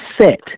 set